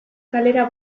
kalera